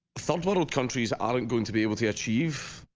some little countries aren't going to be able to achieve